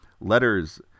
Letters